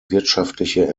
wirtschaftliche